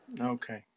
Okay